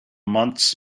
months